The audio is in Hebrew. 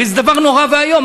הרי זה דבר נורא ואיום,